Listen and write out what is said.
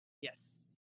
Yes